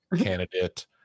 candidate